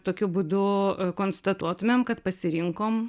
tokiu būdu konstatuotumėm kad pasirinkom